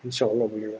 inshallah boleh ah